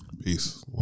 Peace